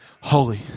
holy